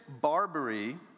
Barbary